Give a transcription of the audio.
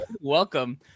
welcome